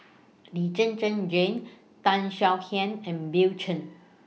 Lee Zhen Zhen Jane Tan Swie Hian and Bill Chen